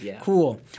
Cool